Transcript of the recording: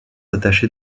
attachées